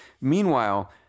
Meanwhile